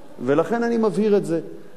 ולכן, אני מבהיר את זה לפרוטוקול.